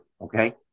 okay